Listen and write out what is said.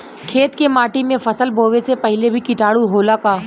खेत के माटी मे फसल बोवे से पहिले भी किटाणु होला का?